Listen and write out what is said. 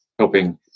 Helping